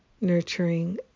nurturing